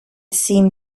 seemed